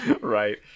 Right